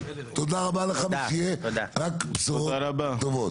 תודה רבה לך ושיהיו רק בשורות טובות.